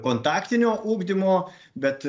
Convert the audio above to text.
kontaktinio ugdymo bet